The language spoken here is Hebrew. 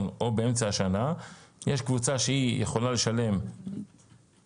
או באמצע השנה יש קבוצה שיכולה לשלם רבעונית.